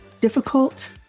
Difficult